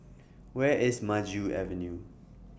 Where IS Maju Avenue